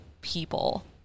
people